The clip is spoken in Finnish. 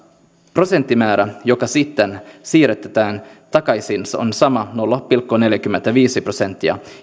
prosenttimäärä joka sitten siirretään takaisin on sama nolla pilkku neljäkymmentäviisi prosenttia